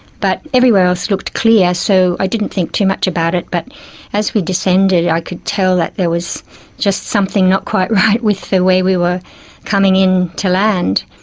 but everywhere else looked clear, so i didn't think too much about it. but as we descended i could tell that there was just something not quite right with the way we were coming in to land.